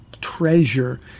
treasure